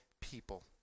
people